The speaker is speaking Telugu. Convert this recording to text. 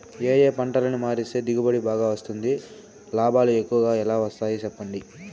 ఏ ఏ పంటలని మారిస్తే దిగుబడి బాగా వస్తుంది, లాభాలు ఎక్కువగా ఎలా వస్తాయి సెప్పండి